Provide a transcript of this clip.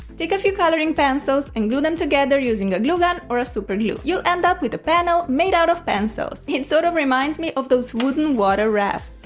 take a few coloring pencils and glue them together using a glue gun or ah super glue. you'll end up with a panel made out of pencils it sort of reminds me of those wooden water rafts.